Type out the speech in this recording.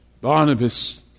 Barnabas